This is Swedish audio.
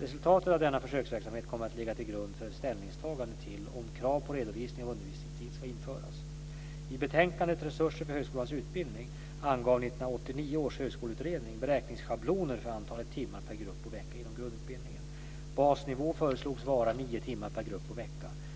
Resultatet av denna försöksverksamhet kommer att ligga till grund för ett ställningstagande till om krav på redovisning av undervisningstid ska införas. angav 1989 års högskoleutredning beräkningsschabloner för antalet timmar per grupp och vecka inom grundutbildningen. Basnivån föreslogs vara nio timmar per grupp och vecka.